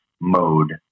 mode